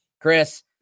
Chris